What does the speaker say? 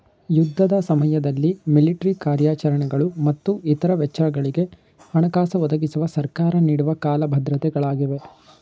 ಯುದ್ಧದ ಸಮಯದಲ್ಲಿ ಮಿಲಿಟ್ರಿ ಕಾರ್ಯಾಚರಣೆಗಳು ಮತ್ತು ಇತ್ರ ವೆಚ್ಚಗಳಿಗೆ ಹಣಕಾಸು ಒದಗಿಸುವ ಸರ್ಕಾರ ನೀಡುವ ಕಾಲ ಭದ್ರತೆ ಗಳಾಗಿವೆ